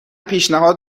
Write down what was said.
پیشنهاد